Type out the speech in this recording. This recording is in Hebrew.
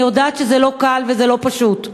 אני יודעת שזה לא קל וזה לא פשוט,